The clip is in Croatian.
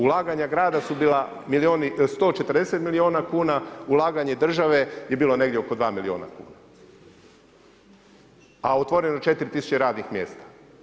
Ulaganja grada su bila 140 milijuna kuna, ulaganje države je bilo negdje oko 2 milijuna kuna, a otvoreno 4 000 radnih mjesta.